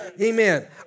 Amen